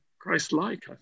Christ-like